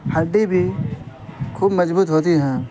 ہڈی بھی خوب مضبوط ہوتی ہیں